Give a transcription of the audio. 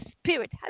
Spirit